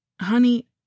honey